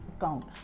account